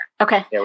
Okay